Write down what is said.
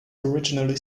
originally